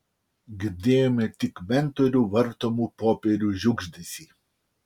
girdėjome tik mentorių vartomų popierių šiugždesį